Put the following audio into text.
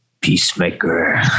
peacemaker